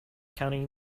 county